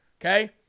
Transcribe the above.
Okay